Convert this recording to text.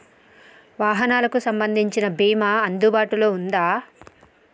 వాహనాలకు సంబంధించిన బీమా అందుబాటులో ఉందా?